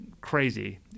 crazy